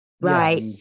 Right